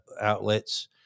outlets